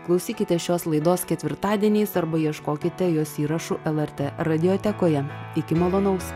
klausykite šios laidos ketvirtadieniais arba ieškokite jos įrašų lrt radiotekoje iki malonaus